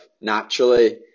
naturally